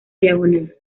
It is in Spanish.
diagonal